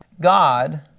God